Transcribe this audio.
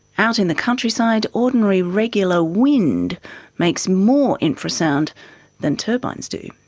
out in the countryside, ordinary regular wind makes more infra-sound than turbines do.